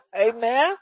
Amen